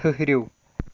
ٹھٔہرِو